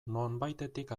nonbaitetik